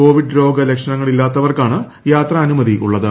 Covid രോഗ ലക്ഷണങ്ങളില്ലാത്തവർക്കാട്ണ് യാത്രാനുമതി ഉള്ളത്